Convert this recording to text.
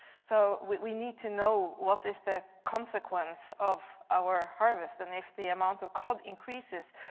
so we need to know what is the consequence of our harvest and if the amount of cod increases,